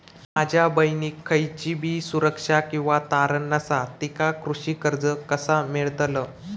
माझ्या बहिणीक खयचीबी सुरक्षा किंवा तारण नसा तिका कृषी कर्ज कसा मेळतल?